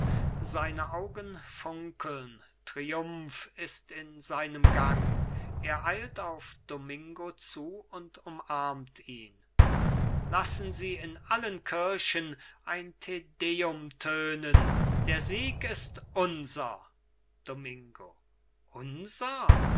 seine augen funkeln triumph ist in seinem gang er eilt auf domingo zu und umarmt ihn lassen sie in allen kirchen ein tedeum tönen der sieg ist unser domingo unser